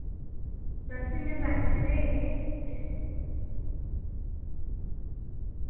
बस इ'य्यां बैठे दे हे